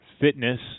fitness